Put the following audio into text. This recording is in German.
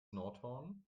nordhorn